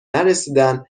نرسیدن